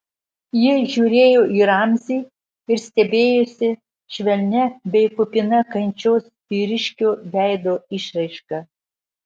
ji žiūrėjo į ramzį ir stebėjosi švelnia bei kupina kančios vyriškio veido išraiška